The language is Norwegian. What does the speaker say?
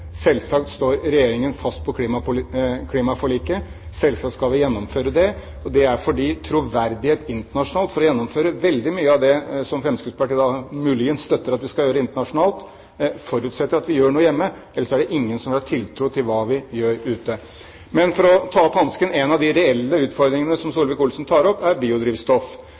Selvsagt står Regjeringen fast på klimaforliket, selvsagt skal vi gjennomføre det. Og det er fordi troverdighet internasjonalt – ved å gjennomføre veldig mye av det som Fremskrittspartiet, muligens, støtter at vi gjør internasjonalt – forutsetter at vi gjør noe hjemme, ellers er det ingen som vil ha tiltro til hva vi gjør ute. Men for å ta opp hansken: En av de reelle utfordringene som Solvik-Olsen tar opp, gjelder biodrivstoff.